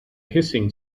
hissing